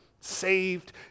Saved